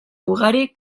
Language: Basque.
ugari